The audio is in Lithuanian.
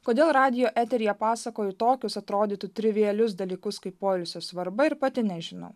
kodėl radijo eteryje pasakoju tokius atrodytų trivialius dalykus kaip poilsio svarba ir pati nežinau